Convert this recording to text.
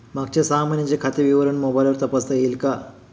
मागच्या सहा महिन्यांचे खाते विवरण मोबाइलवर तपासता येईल का?